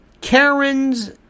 Karens